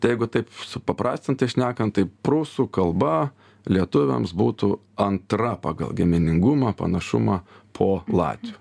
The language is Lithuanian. jeigu taip supaprastintai šnekant tai prūsų kalba lietuviams būtų antra pagal giminingumą panašumą po latvių